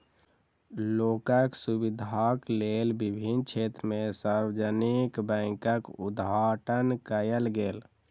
लोकक सुविधाक लेल विभिन्न क्षेत्र में सार्वजानिक बैंकक उद्घाटन कयल गेल